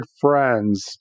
friends